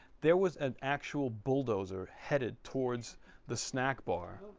there was an actual bulldozer headed towards the snack bar